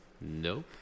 Nope